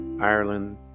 Ireland